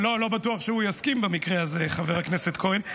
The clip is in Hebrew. לא בטוח שהוא יסכים במקרה הזה, חבר הכנסת כהן.